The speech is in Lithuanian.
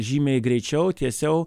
žymiai greičiau tiesiau